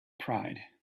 pride